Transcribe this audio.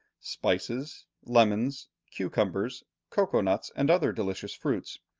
spices, lemons, cucumbers, cocoa-nuts, and other delicious fruits.